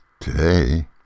Today